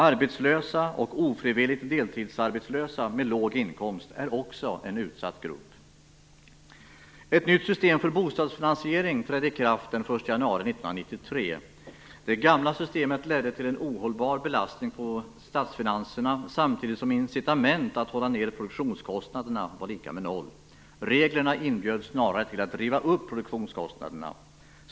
Arbetslösa och ofrivilligt deltidsarbetslösa med låg inkomst är också en utsatt grupp. Ett nytt system för bostadsfinansiering trädde i kraft den 1 januari 1993. Det gamla systemet ledde till en ohållbar belastning på statsfinanserna samtidigt som incitament att hålla nere produktionskostnaderna var lika med noll. Reglerna inbjöd snarare till att driva upp produktionskostnaderna.